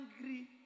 angry